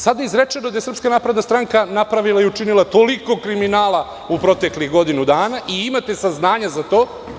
Sada je izrečeno da je SNS napravila i učinila toliko kriminala u proteklih godinu dana i imate saznanja za to.